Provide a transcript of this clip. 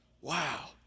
Wow